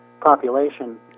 population